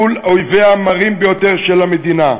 מול אויביה המרים ביותר של המדינה,